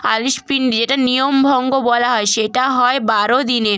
আলিশ পিন্ডি এটা নিয়ম ভঙ্গ বলা হয় সেটা হয় বারো দিনে